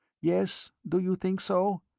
yes? do you think so?